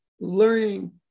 learning